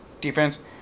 defense